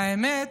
והאמת,